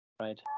Right